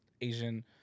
Asian